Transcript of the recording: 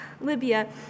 Libya